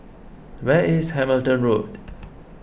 where is Hamilton Road